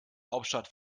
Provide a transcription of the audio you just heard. hauptstadt